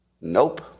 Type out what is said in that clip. Nope